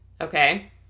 Okay